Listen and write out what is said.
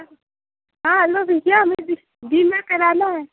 हाँ हेलौ भैया हमें बीमा कराना है